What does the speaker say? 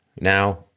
Now